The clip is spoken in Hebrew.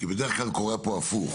כי בדרך כלל קורה פה הפוך,